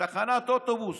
תחנת אוטובוס.